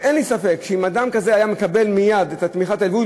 אין לי ספק שאם אדם כזה היה מקבל מייד את תמיכת הארגון,